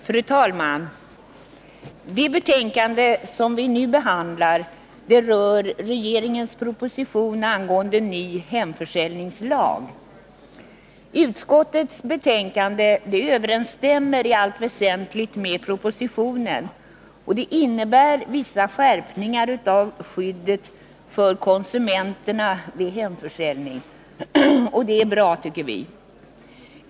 Fru talman! Det betänkande som vi nu behandlar rör regeringens proposition angående ny hemförsäljningslag. Utskottets betänkande överensstämmer i allt väsentligt med propositionen och innebär vissa skärpningar av skyddet för konsumenterna vid hemförsäljning. Det är bra, tycker vi socialdemokrater.